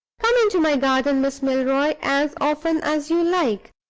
come into my garden, miss milroy, as often as you like,